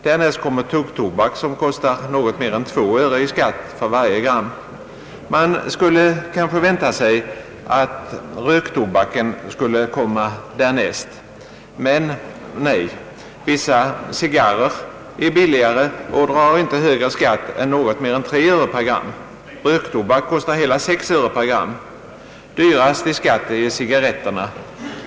Därnäst kommer tuggtobak, som kostar något mer än två öre i skatt för varje gram. Man skulle kanske vänta sig att röktobak skulle komma därnäst. Men nej — vissa cigarrer är billigare och drar inte högre skatt än något mer än 3 öre per gram. Röktobak kostar hela 6 öre per gram. Dyrast i skatt är cigarretterna.